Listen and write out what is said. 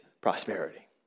prosperity